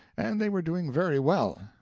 and they were doing very well.